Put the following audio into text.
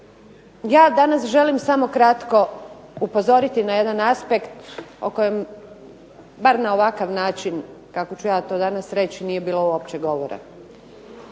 Ja danas želim samo kratko upozoriti na jedan aspekt o kojem bar na ovakav način kako ću ja to danas reći nije uopće bilo govora.